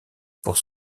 pour